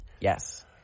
Yes